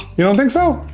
you don't think so?